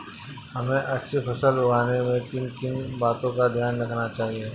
हमें अच्छी फसल उगाने में किन किन बातों का ध्यान रखना चाहिए?